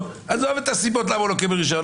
עזוב את הסיבות למה הוא לא קיבל רישיון.